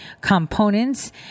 components